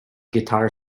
guitar